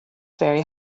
very